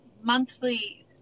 monthly